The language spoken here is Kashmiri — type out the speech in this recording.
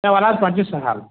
ہے وَلہٕ حظ پتہٕ چھُ سہل